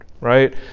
right